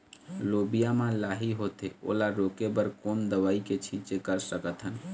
लोबिया मा लाही होथे ओला रोके बर कोन दवई के छीचें कर सकथन?